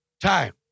time